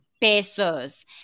Pesos